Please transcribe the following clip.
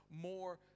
more